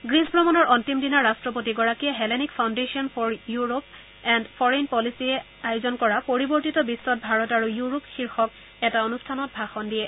Greece ভ্ৰমণৰ অন্তিম দিনা ৰাষ্ট্ৰপতিগৰাকীয়ে Hellenic Foundation for Europe and Foreign পলিচিয়ে আয়োজন কৰা পৰিৱৰ্তিত বিশ্বত ভাৰত আৰু ইউৰোপ শীৰ্ষক এটা অনষ্ঠানত ভাষণ দিয়ে